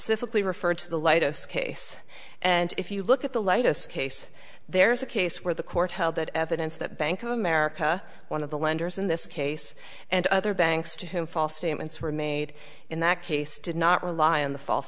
sickly referred to the light of scase and if you look at the latest case there's a case where the court held that evidence that bank of america one of the lenders in this case and other banks to him false statements were made in that case did not rely on the false